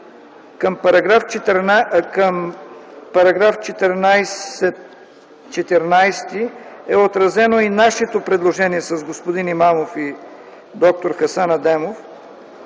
към § 14 е отразено и нашето предложение с господин Имамов и д-р Хасан Адемов.